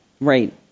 Right